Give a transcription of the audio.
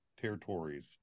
territories